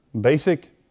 basic